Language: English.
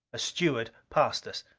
a steward passed us.